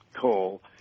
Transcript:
coal